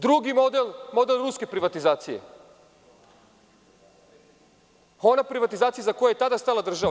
Drugi model, model ruske privatizacije, ona privatizacija iza koje je tada stala država.